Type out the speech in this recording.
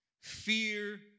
fear